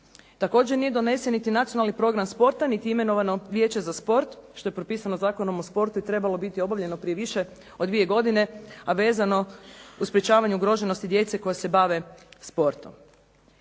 Također nije donesen niti nacionalni program sporta, niti imenovano vijeće za sport što je propisano zakonom o sportu i trebalo je biti obavljeno prije više od dvije godine, a vezano uz sprečavanje ugroženosti djece koja se bave sportom.